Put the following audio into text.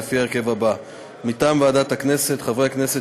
לפי דרישת ממשלת